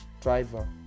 driver